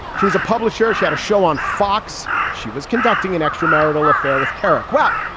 she was a publisher. she had a show on fox. she was conducting an extramarital affair with kerik. well,